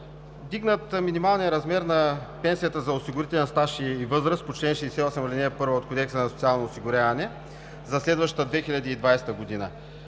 вдигнат минималния размер на пенсията за осигурителен стаж и възраст по чл. 68, ал. 1 от Кодекса за социално осигуряване за следващата 2020 г.